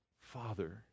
Father